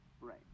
Right